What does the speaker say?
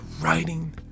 writing